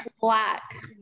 black